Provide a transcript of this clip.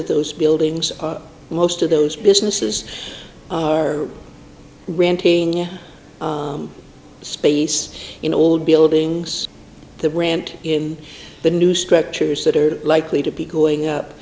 of those buildings most of those businesses are renting space in old buildings the brand in the new scriptures that are likely to be going up